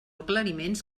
aclariments